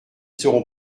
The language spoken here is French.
seront